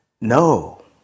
no